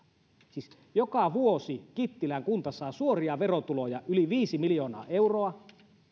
siis joka vuosi kittilän kunta saa suoria verotuloja yli viisi miljoonaa euroa